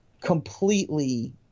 completely